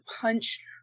punch